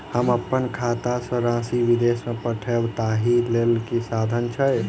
हम अप्पन खाता सँ राशि विदेश मे पठवै ताहि लेल की साधन छैक?